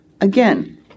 Again